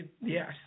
yes